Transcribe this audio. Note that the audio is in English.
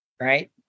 right